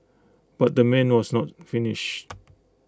but the man was not finished